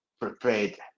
prepared